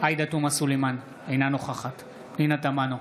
עאידה תומא סלימאן, אינה נוכחת פנינה תמנו,